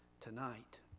tonight